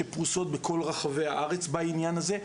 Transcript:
שפרוסות בכל רחבי הארץ בעניין הזה,